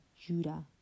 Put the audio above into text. Judah